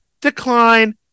decline